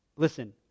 Listen